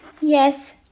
Yes